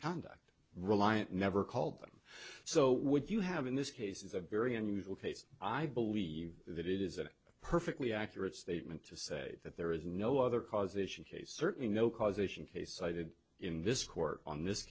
conduct reliant never called them so would you have in this case is a very unusual case i believe that it is a perfectly accurate statement to say that there is no other causation case certainly no causation case cited in this court on this